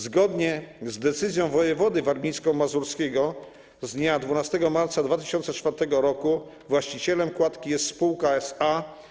Zgodnie z decyzją wojewody warmińsko-mazurskiego z dnia 12 marca 2004 r. właścicielem kładki jest spółka SA.